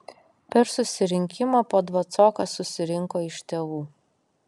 per susirinkimą po dvacoką susirinko iš tėvų